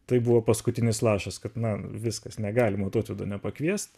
tai buvo paskutinis lašas kad na viskas negalima tautvydo nepakviest